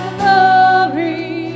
glory